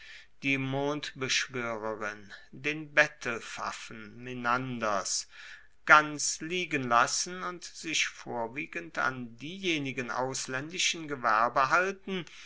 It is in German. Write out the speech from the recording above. die mondbeschwoererin den bettelpfaffen menanders ganz liegen lassen und sich vorwiegend an diejenigen auslaendischen gewerbe halten